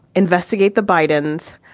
investigate the bidens.